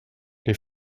les